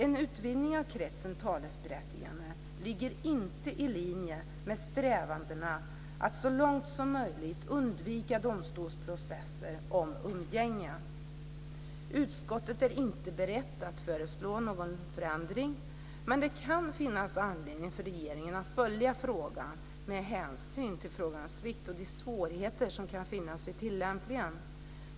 En utvidgning av kretsen talesberättigade ligger inte i linje med strävandena att så långt som möjligt undvika domstolsprocesser om umgänge. Utskottet är inte berett att föreslå någon förändring. Det kan finnas anledning för regeringen att följa frågan med hänsyn till frågans vikt och de svårigheter som kan finnas vid tillämpningen.